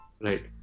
Right